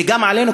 וגם עלינו,